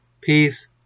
Peace